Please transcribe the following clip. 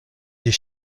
des